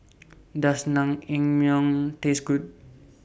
Does Naengmyeon Taste Good